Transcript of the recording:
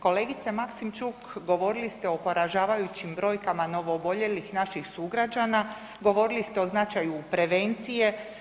Kolegice Maksimčuk govorili ste o poražavajućim brojkama novooboljelih naših sugrađana, govorili ste o značaju prevencije.